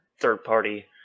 third-party